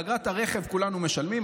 באגרת הרכב כולנו משלמים,